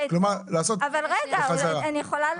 אני יכולה לדבר?